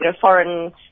foreign